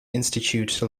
institute